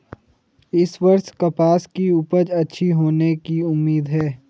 इस वर्ष कपास की उपज अच्छी होने की उम्मीद है